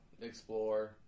explore